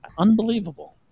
Unbelievable